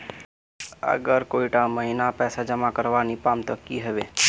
अगर कोई डा महीनात पैसा जमा करवा नी पाम ते की होबे?